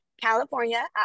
California